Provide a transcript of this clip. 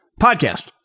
podcast